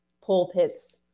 Pulpits